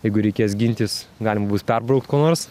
jeigu reikės gintis galima bus perbraukt kuo nors